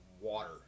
water